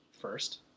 first